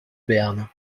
berne